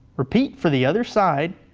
repeat for the other side,